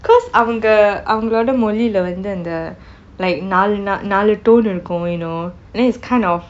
cause அவங்க அவங்களுடைய மொழியிலை வந்து அந்த:avanka avankuludaiya mozhiyilai vanthu antha like நாளு நாளு:naalu naalu tone இருக்கும்:irukkum you know then it's kind of